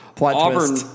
Auburn